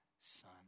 son